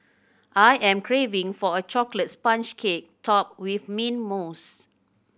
I am craving for a chocolate sponge cake topped with mint mousse